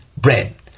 bread